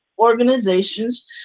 Organizations